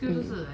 mm